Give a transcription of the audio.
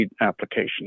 application